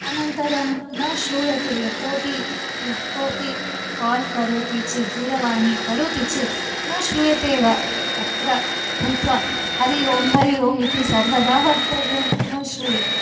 अनन्तरं न श्रूयते यतोहि यः कोपि काल् करोति चेत् दूरवाणी करोति चेत् न श्रूयते एव अत्र भूत्वा हरि ओम् हरि ओम् इति सर्वदा वक्तव्यं न श्रूयते